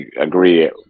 agree